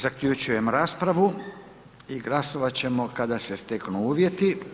Zaključujem raspravu i glasovati ćemo kada se steknu uvjeti.